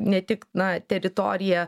ne tik na teritoriją